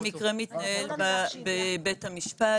המקרה מתנהל בבית המשפט.